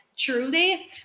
Truly